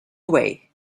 away